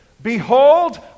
Behold